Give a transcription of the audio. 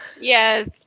Yes